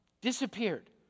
disappeared